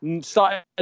Started